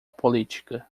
política